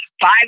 five